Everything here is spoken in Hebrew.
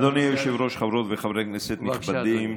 אדוני היושב-ראש, חברות וחברי כנסת נכבדים.